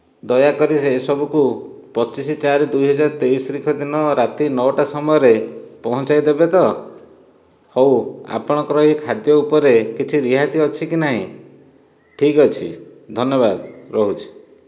ଦୟାକରି ଏସବୁକୁ ପଚିଶ ଚାରି ଦୁଇ ହଜାର ତେଇଶ ଦିନ ରାତି ନଅଟା ସମୟରେ ପହଞ୍ଚାଇ ଦେବେ ତ ହେଉ ଆପଣଙ୍କର ଏ ଖାଦ୍ୟ ଉପରେ କିଛି ରିହାତି ଅଛି କି ନାହିଁ ଠିକ ଅଛି ଧନ୍ୟବାଦ ରହୁଛି